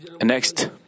Next